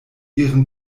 ihren